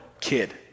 kid